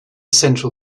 central